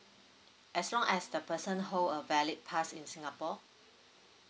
as long as the person hold a valid pass in singapore